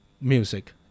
music